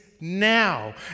now